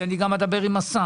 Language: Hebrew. אני גם אדבר עם השר.